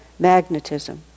magnetism